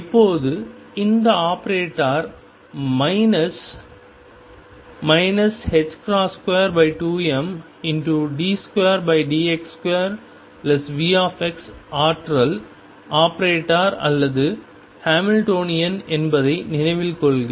இப்போது இந்த operator minus 22md2dx2Vx ஆற்றல் ஆபரேட்டர் அல்லது ஹாமில்டோனியன் என்பதை நினைவில் கொள்க